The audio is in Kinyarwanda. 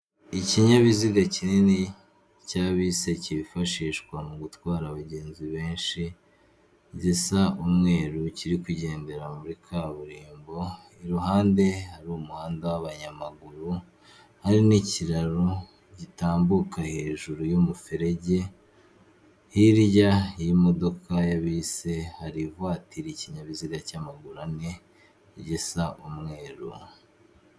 Ikinyabiziga kinini cya bisi kifashishwa mu gutwara abagenzi benshi, gisa umweru kiri kugendera muri kaburimbo iruhande hari umuhanda w'abanyamaguru, hari n'ikiraro gitambuka hejuru y'umuferege, hirya y'imodoka ya bisi hari ivatiri, ikinyabiziga cy'amaguru ane gisa umweru.